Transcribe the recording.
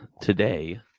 today